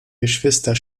geschwister